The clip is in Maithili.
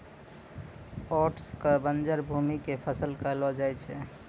ओट्स कॅ बंजर भूमि के फसल कहलो जाय छै